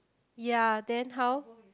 ya then how